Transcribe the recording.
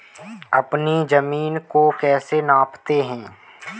अपनी जमीन को कैसे नापते हैं?